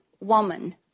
woman